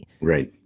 Right